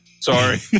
Sorry